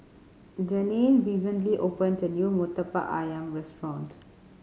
Jeannine recently opened the new Murtabak Ayam restaurant